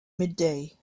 midday